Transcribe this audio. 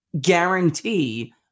guarantee